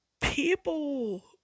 People